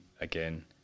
again